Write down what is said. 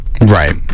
Right